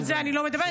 על זה אני לא מדברת.